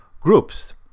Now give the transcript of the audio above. Groups